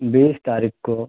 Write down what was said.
बीस तारीख़ को